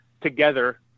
together